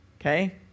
okay